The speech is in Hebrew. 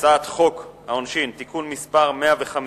הצעת חוק העונשין (תיקון מס' 105),